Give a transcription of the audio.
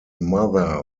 mother